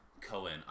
Cohen